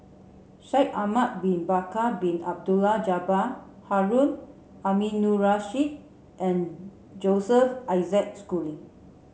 Shaikh Ahmad bin Bakar Bin Abdullah Jabbar Harun Aminurrashid and Joseph Isaac Schooling